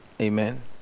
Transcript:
Amen